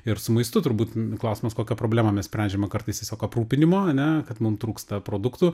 ir su maistu turbūt klausimas kokią problemą mes sprendžiame kartais tiesiog aprūpinimo ane kad mum trūksta produktų